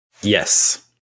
Yes